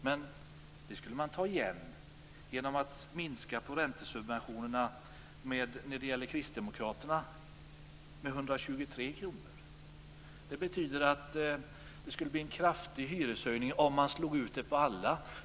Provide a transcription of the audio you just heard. Men det skulle man ta igen genom att minska räntesubventionerna, enligt Kristdemokraterna, med 123 kr. Det betyder att det skulle bli en kraftig hyreshöjning om det slogs ut på alla.